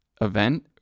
event